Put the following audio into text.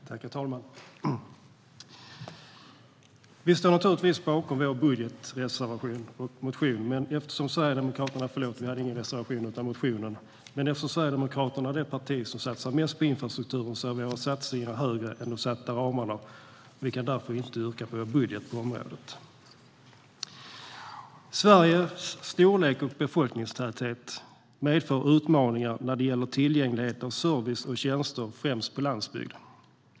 Herr talman! Vi står naturligtvis bakom vår budgetmotion, men eftersom Sverigedemokraterna är det parti som satsar mest på infrastrukturen är våra satsningar högre än de satta ramarna, och vi kan därför inte yrka bifall till vår budget på området. Sveriges storlek och befolkningstäthet medför utmaningar när det gäller tillgång till service och tjänster, främst på landsbygd.